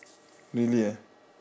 really ah